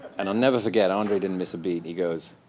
and i'll never forget. andre didn't miss a beat. he goes,